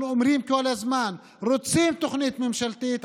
אנחנו אומרים כל הזמן: רוצים תוכנית ממשלתית,